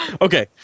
Okay